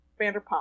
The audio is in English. Vanderpump